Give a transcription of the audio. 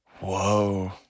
Whoa